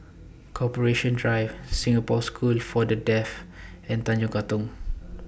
Corporation Drive Singapore School For The Deaf and Tanjong Katong